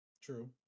True